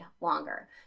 longer